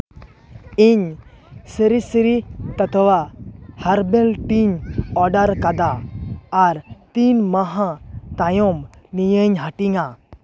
ᱤᱧ ᱥᱨᱤᱼᱥᱨᱤ ᱴᱟᱴᱟᱣᱟᱜ ᱦᱟᱨᱵᱮᱞ ᱴᱤᱧ ᱚᱰᱟᱨ ᱠᱟᱫᱟ ᱟᱨ ᱛᱤᱱ ᱢᱟᱦᱟ ᱛᱟᱭᱚᱢ ᱱᱤᱭᱟᱹᱧ ᱦᱟᱴᱤᱧᱟ